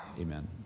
Amen